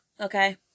okay